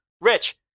Rich